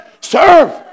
Serve